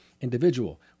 individual